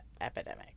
epidemic